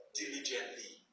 diligently